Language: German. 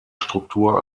struktur